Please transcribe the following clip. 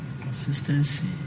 Consistency